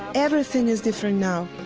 everything is different now.